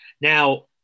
Now